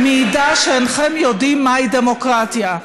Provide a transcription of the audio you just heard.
מעידה שאינכם יודעים מהי דמוקרטיה.